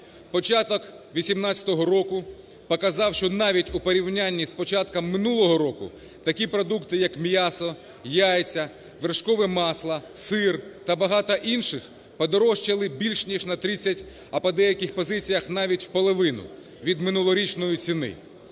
Початок 18-го року показав, що навіть у порівнянні з початком минулого року такі продукти, як м'ясо, яйця, вершкове масло, сир та багато інших, подорожчали більш ніж на 30, а по деяких позиціях навіть в половину від минулорічної ціни.